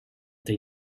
they